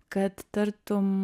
kad tartum